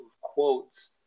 quotes